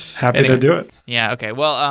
happy to do it. yeah. okay, well.